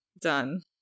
Done